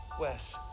Wes